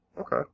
Okay